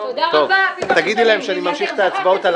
אני מסכים לזה.